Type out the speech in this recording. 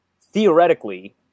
theoretically